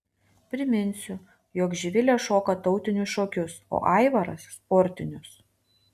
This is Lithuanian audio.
priminsiu jog živilė šoka tautinius šokius o aivaras sportinius